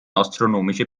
astronomische